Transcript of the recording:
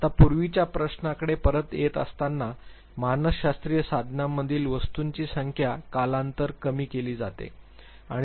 आता पूर्वीच्या प्रश्नाकडे परत येत असता मानसशास्त्रीय साधनांमधील वस्तूंची संख्या कालांतर कमी केली जाते